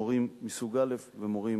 מורים מסוג א' ומורים